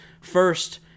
First